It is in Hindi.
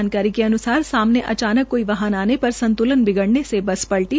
जानकारी के अन्सार सामने अचानक कोई वाहन आने पर संत्लन बिगड़ने से बस पटली